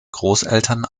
großeltern